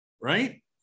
Right